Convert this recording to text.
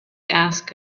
ask